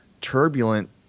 turbulent